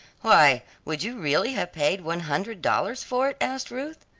why! would you really have paid one hundred dollars for it? asked ruth.